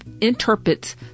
interprets